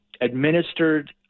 administered